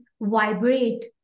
vibrate